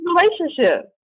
relationship